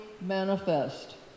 manifest